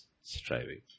striving